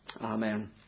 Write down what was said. Amen